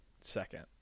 second